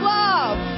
love